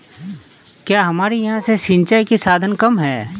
क्या हमारे यहाँ से सिंचाई के साधन कम है?